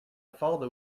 father